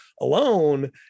alone